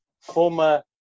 former